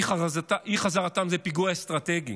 אי-חזרתן זה פיגוע אסטרטגי,